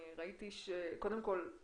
קודם כל,